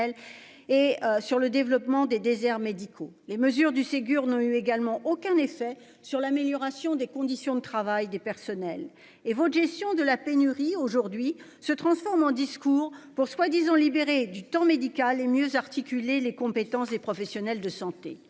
et sur le développement des déserts médicaux, les mesures du Ségur n'ont eu également aucun effet sur l'amélioration des conditions de travail des personnels et vos gestion de la pénurie aujourd'hui se transforme en discours pour soi-disant libérer du temps médical et mieux articuler les compétences des professionnels de santé.